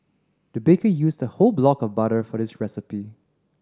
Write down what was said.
the baker used a whole block of butter for this recipe